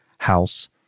House